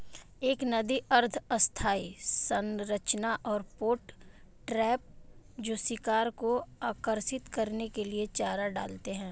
एक नदी अर्ध स्थायी संरचना और पॉट ट्रैप जो शिकार को आकर्षित करने के लिए चारा डालते हैं